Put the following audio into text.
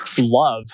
love